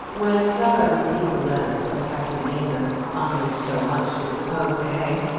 when clara received the letter from captain aylmer on which so much is supposed to hang,